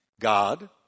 God